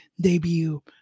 debut